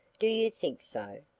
do you think so?